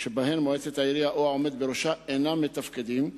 שבהן מועצת העירייה או העומד בראשה אינם מתפקדים,